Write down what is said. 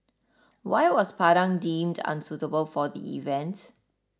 why was Padang deemed unsuitable for the event